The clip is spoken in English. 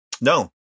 no